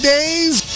Days